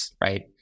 right